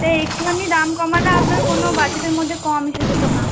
তা একটুখানি দাম কমালে আপনার কোনো বাজেটের মধ্যে কম এসে যেত না